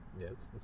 yes